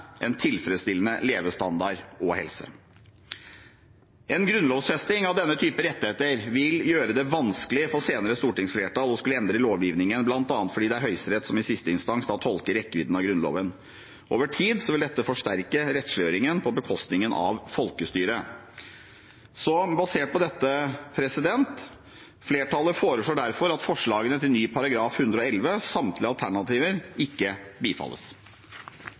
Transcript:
en tilfredsstillende levestandard og helse. En grunnlovfesting av denne typen rettigheter vil gjøre det vanskelig for senere stortingsflertall å endre lovgivningen, bl.a. fordi det er Høyesterett som i siste instans tolker rekkevidden av Grunnloven. Over tid vil dette forsterke rettsliggjøringen på bekostning av folkestyret. Basert på dette foreslår flertallet derfor at forslagene til ny § 111, samtlige alternativer, ikke bifalles.